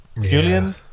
Julian